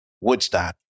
Woodstock